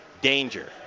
danger